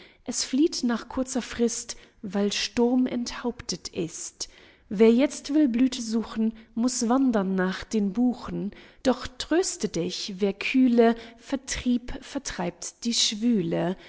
es flieht nach kurzer frist weil sturm enthauptet ist wer jetzt will blüthe suchen muß wandern nach den buchen doch tröste dich wer kühle vertrieb vertreibt die schwüle